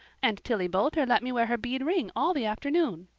and tillie boulter let me wear her bead ring all the afternoon.